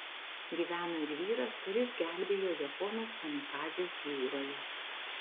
gyveno ir vyras kuris gelbėjo japonus kamikadzes jūroje